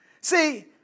See